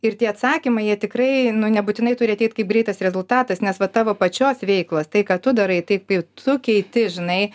ir tie atsakymai jie tikrai nu nebūtinai turi ateit kaip greitas rezultatas nes va tavo pačios veiklos tai ką tu darai tai kaip tu keiti žinai